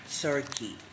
Turkey